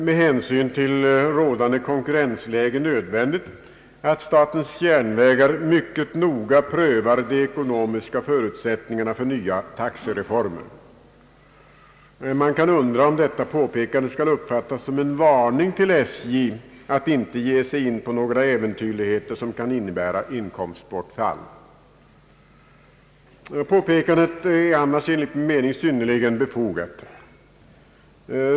Med hänsyn till rådande konkurrensläge finner utskottet det nödvändigt, att statens järnvägar mycket noga prövar de ekonomiska förutsättningarna för nya taxereformer. Man kan undra om detta påpekande skall uppfattas som en varning till SJ att inte ge sig in på några äventyrligheter som kan innebära inkomstbortfall. Påpekandet är annars enligt min me ning synnerligen befogat.